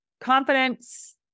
confidence